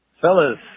Fellas